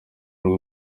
rwo